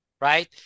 Right